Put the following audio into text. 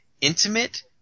intimate